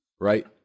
right